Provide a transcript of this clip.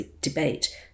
debate